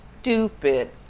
stupid